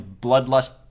bloodlust